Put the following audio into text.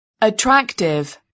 attractive